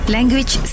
Language